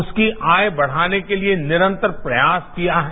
उसकी आय बढ़ाने के लिए निरंतर प्रयास किया है